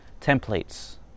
templates